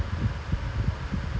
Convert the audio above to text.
how you review it lah